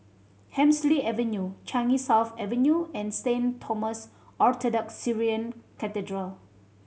Hemsley Avenue Changi South Avenue and Saint Thomas Orthodox Syrian Cathedral